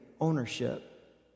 ownership